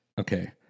okay